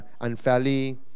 unfairly